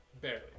Barely